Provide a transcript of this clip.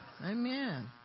Amen